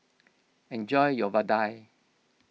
enjoy your Vadai